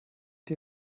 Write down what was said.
die